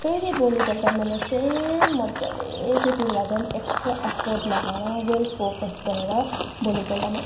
फेरि भोलि पल्ट मैले सेम मजाले त्यति बेला झन् एक्सट्रा एफोर्ट लगाएर वेल फोकस्ड भएर भोलि पल्ट